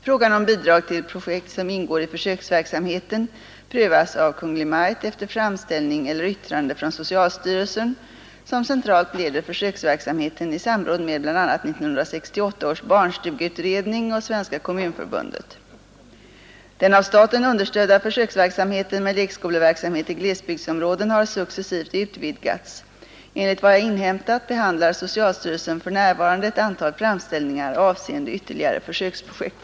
Frågan om bidrag till projekt som ingår i försöksverksamheten prövas av Kungl. Maj:t efter framställning eller yttrande från socialstyrelsen, som centralt leder försöksverksamheten i samråd med bl a. 1968 års barnstugeutredning och Svenska kommunförbundet. Den av staten understödda försöksverksamheten med lekskoleverksamhet i glesbygdsområden har successivt utvidgats. Enligt vad jag inhämtat behandlar socialstyrelsen för närvarande ett antal framställningar avseende ytterligare försöksprojekt.